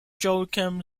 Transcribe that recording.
joachim